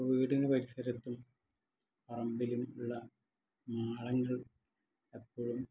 അപ്പം വീടിന് പരിസരത്തും പറമ്പിലും ഉള്ള മാളങ്ങൾ എപ്പോഴും